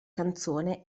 canzone